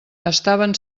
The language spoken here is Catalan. estaven